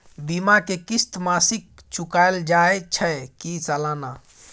बीमा के किस्त मासिक चुकायल जाए छै की सालाना?